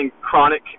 chronic